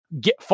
get